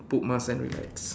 put mask and relax